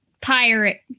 pirate